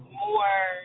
more